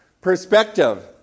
Perspective